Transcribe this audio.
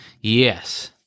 Yes